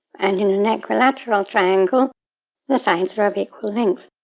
and in an equilateral triangle the sides are of equal length.